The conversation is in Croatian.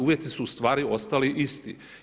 Uvjeti su ustvari ostali isti.